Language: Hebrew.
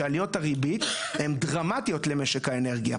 שעליות הריבית הן דרמטיות למשק האנרגיה.